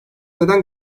neden